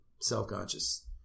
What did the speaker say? self-conscious